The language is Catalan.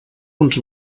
uns